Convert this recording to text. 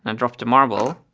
and drop the marble,